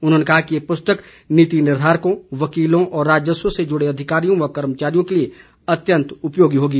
उन्होंने कहा कि ये पुस्तक नीति निर्धारकों वकीलों और राजस्व से जुड़े अधिकारियों व कर्मचारियों के लिए अत्यंत उपयोगी होगी